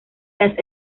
las